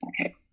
Okay